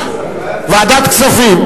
ועדת כספים.